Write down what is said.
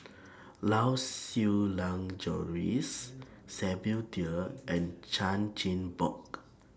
Lau Siew Lang Doris Samuel Dyer and Chan Chin Bock